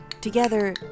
Together